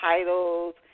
titles